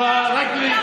שקרן.